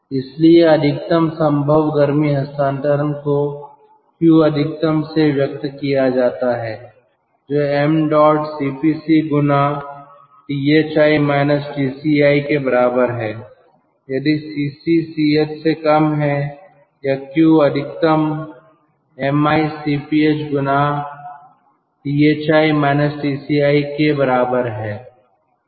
इसलिए अधिकतम संभव गर्मी हस्तांतरण को Q अधिकतम से व्यक्त किया जाता है जो m dot Cpc गुणा Thi माइनस Tci के बराबर है यदि Cc Ch से कम है या Q अधिकतम mi Cph गुणा Thi minus Tci के बराबर है